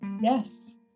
Yes